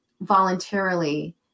voluntarily